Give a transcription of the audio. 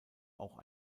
auch